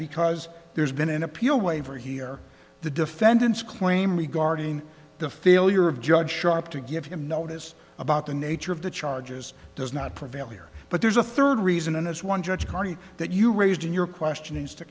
because there's been an appeal waiver here the defendant's claim regarding the failure of judge sharp to give him notice about the nature of the charges does not prevail here but there's a third reason and as one judge carney that you raised in your question as to